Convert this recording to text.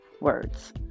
words